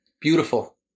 Beautiful